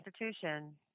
institution